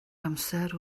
amser